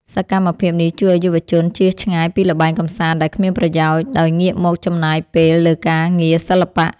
សកម្មភាពនេះជួយឱ្យយុវជន ជៀសឆ្ងាយពីល្បែងកម្សាន្តដែលគ្មានប្រយោជន៍ ដោយងាកមកចំណាយពេលលើការងារសិល្បៈ។